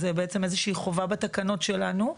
זאת בעצם איזושהי חובה בתקנות שלנו,